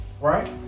Right